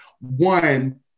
One